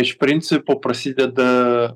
iš principo prasideda